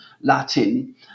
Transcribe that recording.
Latin